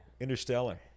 interstellar